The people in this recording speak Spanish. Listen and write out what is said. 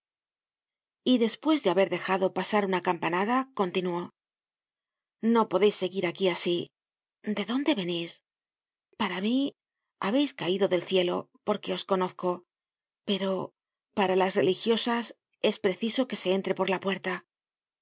y despues de haber dejado pasar una campanada continuó no podeis seguir aquí asi de dónde venís para mí habeis caido del cielo porque os conozco pero para las religiosas es preciso que se entre por la puerta